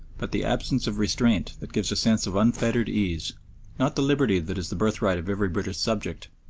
but the absence of restraint that gives a sense of unfettered ease not the liberty that is the birthright of every british subject,